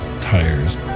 tires